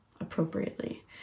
appropriately